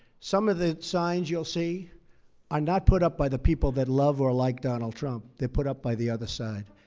some of the signs you'll see are not put up by the people that love or like donald trump, they're put up by the other side,